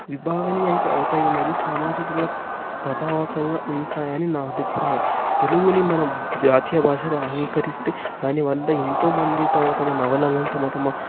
విభాగానియ్యానికి అవుతాయి మరియు సామాజికంగా ప్రభావికంగా ఉంటాయని నా అభిప్రాయం తెలుగుని మనం జాతీయ భాషగా అంగీకరిస్తే దానివల్ల ఎంతోమంది తమ తమ నవలను తమ తమ